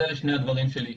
אז אלה שני הדברים שלי,